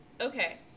Okay